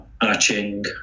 Arching